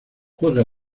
juega